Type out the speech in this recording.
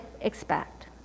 expect